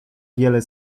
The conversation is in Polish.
wiele